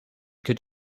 could